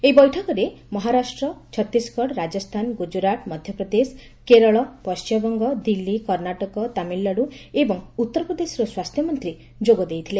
ଏହିବୈଠକରେ ମହାରାଷ୍ଟ୍ର ଛତିଶଗଡ ରାଜସ୍ଥାନ ଗୁଜରାଟ ମଧ୍ୟପ୍ରଦେଶ କେରଳ ପଶ୍ଚିମବଙ୍ଗ ଦିଲ୍ଲୀ କର୍ଷ୍ଣାଟକ ତାମିଲନାଡୁ ଏବଂ ଉତ୍ତରପ୍ରଦେଶର ସ୍ୱାସ୍ଥ୍ୟମନ୍ତ୍ରୀ ଯୋଗଦେଇଥିଲେ